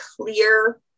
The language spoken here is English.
clear